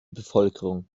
bevölkerung